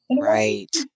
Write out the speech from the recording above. Right